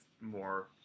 more